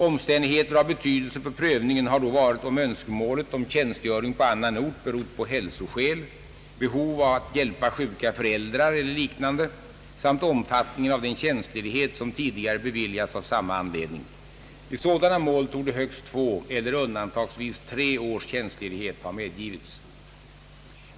Omstän digheter av betydelse för prövningen har då varit om önskemålet om tjänstgöring på annan ort berott på hälsoskäl, behov att hjälpa sjuka föräldrar eller liknande samt omfattningen av den tjänstledighet som tidigare beviljats av samma anledning. I sådana mål torde högst två eller undantagsvis tre års tjänstledighet ha medgivits.